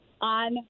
on